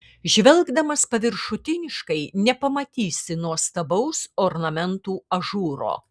žvelgdamas paviršutiniškai nepamatysi nuostabaus ornamentų ažūro